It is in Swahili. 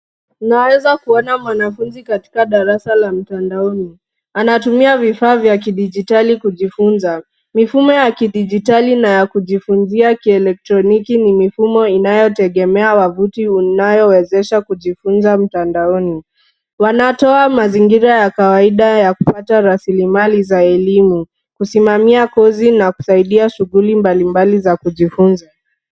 Unaweza kuona mwanafunzi katika darasa la mtandaoni. Anatumia vifaa vya kidijitali kujifunza. Mifumo ya kidijitali na ya kujifunzia kielektroniki ni mifumo inayotegemea wavuti unayowezesha kujifunza mtandaoni. Yanatoa mazingira ya kawaida ya kupata rasilimali za elimu, kusimamia kozi na kusaidia shughuli mbalimbali za kujifunza.